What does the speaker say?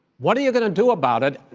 what are you going to do about it?